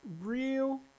real